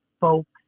folk's